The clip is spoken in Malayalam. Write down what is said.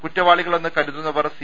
കുറ്റവാളികളെന്ന് കരുതു വന്നവർ സി